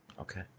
Okay